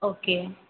okay